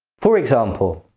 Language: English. for example,